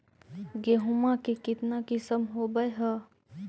गेहूमा के कितना किसम होबै है?